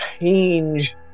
change